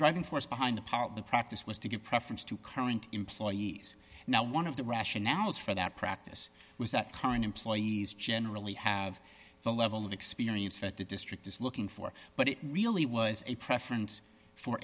driving force behind the power of the practice was to give preference to current employees now one of the rationales for that practice was that current employees generally have the level of experience that the district is looking for but it really was a preference for